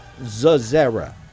Zazera